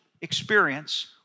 experience